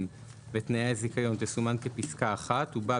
"ותנאי הזיכיון" תסומן כפסקה "(1)" ובה,